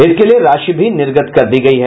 इसके लिये राशि भी निर्गत कर दी गयी है